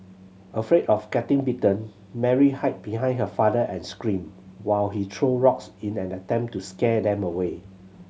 afraid of getting bitten Mary hid behind her father and screamed while he threw rocks in an attempt to scare them away